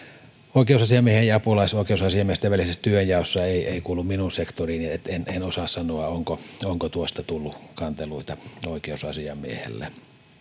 oikeusasiamiehen ja apulaisoikeusasiamiesten työnjaossa kuulu minun sektoriini en en osaa sanoa onko tuosta tullut kanteluita oikeusasiamiehelle